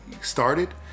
started